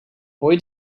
boy